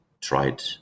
tried